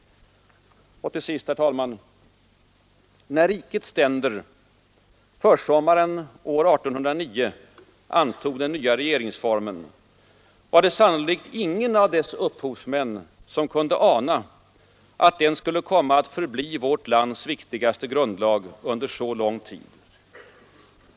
Till sist, herr talman! När rikets ständer försommaren år 1809 antog den nya regeringsformen, var det sannolikt ingen av dess upphovsmän som kunde ana att den skulle komma att förbli vårt lands viktigaste grundlag under så lång tid.